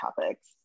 topics